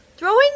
Throwing